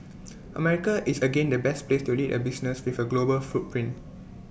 America is again the best place to lead A business with A global footprint